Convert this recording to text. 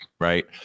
right